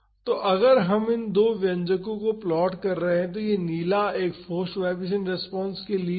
तो अगर हम इन दो व्यंजको को प्लॉट रहे हैं तो यह नीला एक फोर्स्ड वाईब्रेशन रेस्पॉन्स के लिए है